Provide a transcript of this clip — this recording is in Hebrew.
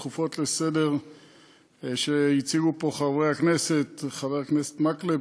הדחופות לסדר-היום שהציעו פה חברי הכנסת מקלב